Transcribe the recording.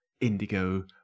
indigo